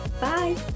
Bye